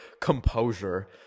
composure